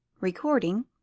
recording